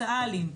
הסא"לים,